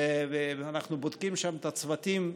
ואנחנו בודקים שם את הצוותים,